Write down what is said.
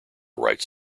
rights